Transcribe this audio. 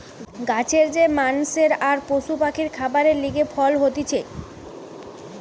গাছের যে মানষের আর পশু পাখির খাবারের লিগে ফল হতিছে